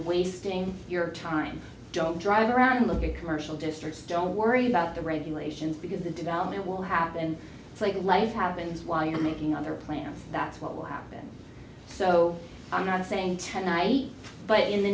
wasting your time don't drive around in the big commercial districts don't worry about the regulations because the development will happen it's like life happens while you're making other plans that's what will happen so i'm not saying tonight but in the